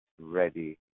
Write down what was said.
ready